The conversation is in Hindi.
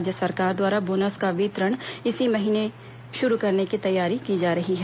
राज्य सरकार द्वारा बोनस का वितरण इसी माह शुरू करने की तैयारी की जा रही है